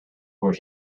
were